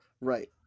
Right